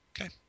Okay